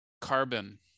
Carbon